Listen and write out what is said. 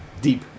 deep